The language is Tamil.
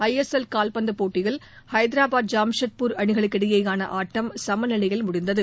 ஐ எஸ் எல் காவ்பந்து போட்டியில் ஐதரபாத் ஜாம்ஷெட்பூர் அணிகளுக்கிடையே ஆட்டம் சமநிலையில் முடிந்தது